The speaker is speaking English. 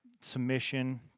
Submission